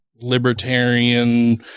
libertarian